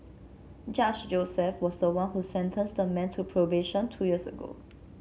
Judge Joseph was the one who sentenced the man to probation two years ago